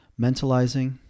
mentalizing